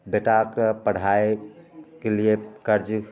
बेटाके पढ़ाइके लिए कर्ज